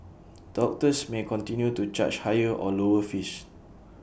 doctors may continue to charge higher or lower fees